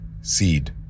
seed